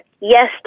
Yes